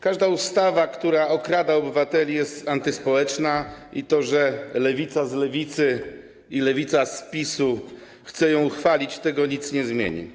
Każda ustawa, która okrada obywateli, jest antyspołeczna i to, że lewica z Lewicy i lewica z PiS-u chce ją uchwalić, tego nie zmieni.